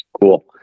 Cool